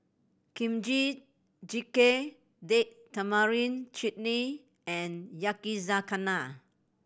Kimchi Jjigae Date Tamarind Chutney and Yakizakana